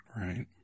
Right